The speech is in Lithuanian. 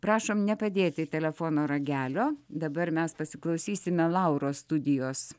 prašom nepadėti telefono ragelio dabar mes pasiklausysime lauros studijos